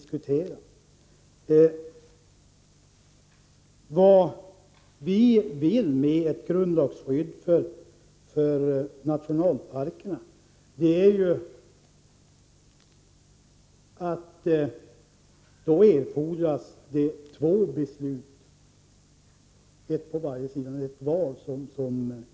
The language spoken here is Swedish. För att införa ett grundlagsskydd för nationalparkerna, som vi vill, erfordras det två riksdagsbeslut med ett val emellan, som Jan Fransson vet.